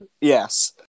Yes